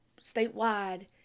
statewide